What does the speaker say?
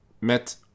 met